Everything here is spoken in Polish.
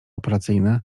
operacyjne